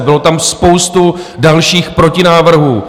Byla tam spousta dalších protinávrhů.